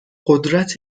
قدرت